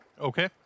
Okay